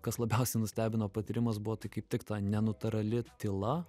kas labiausiai nustebino patyrimas buvo tai kaip tik ta nenatūrali tyla